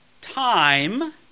time